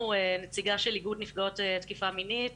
נציגה של איגוד הנפגעות לתקיפה מינית